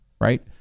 right